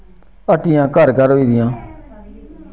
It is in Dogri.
हट्टियां घर घर होई दियां